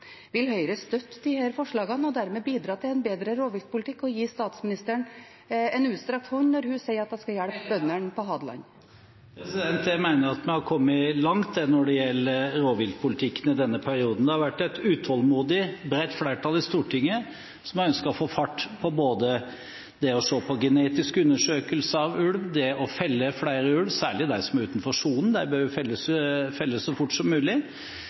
Vil Høyre støtte disse forslagene og dermed bidra til en bedre rovviltpolitikk og gi statsministeren en utstrakt hånd når hun sier at hun skal hjelpe bøndene på Hadeland? Jeg mener at vi har kommet langt når det gjelder rovviltpolitikken, i denne perioden. Det har vært et utålmodig bredt flertall i Stortinget som har ønsket å få fart på både det å se på genetisk undersøkelse av ulv og det å felle flere ulv, særlig de som er utenfor sonen – de bør felles så fort som mulig.